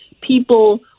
people